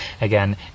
again